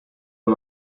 con